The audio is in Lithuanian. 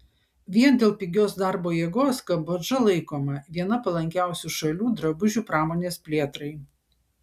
vien dėl pigios darbo jėgos kambodža laikoma viena palankiausių šalių drabužių pramonės plėtrai